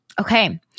Okay